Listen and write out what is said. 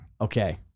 Okay